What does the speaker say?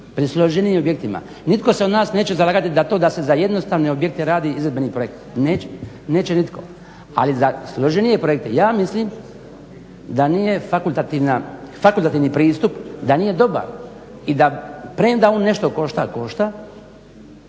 pri složenijim objektima nitko se od nas neće zalagati za to da se za jednostavne objekte radi izvedbeni projekt, neće nitko. Ali za složenije projekte ja mislim da nije fakultativni pristup, da nije dobar i premda on nešto košta